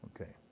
Okay